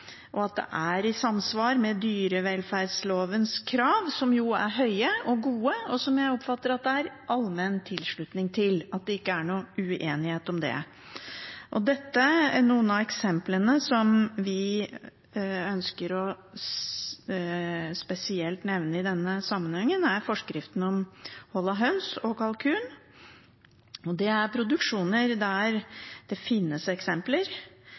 og at det er i samsvar med dyrevelferdslovens krav, som jo er høye og gode, og som jeg oppfatter at det er allmenn tilslutning til – at det ikke er noen uenighet om det. Noen av eksemplene som vi ønsker å nevne spesielt i denne sammenhengen, er forskriften om hold av høns og kalkun. Det er produksjoner der det finnes eksempler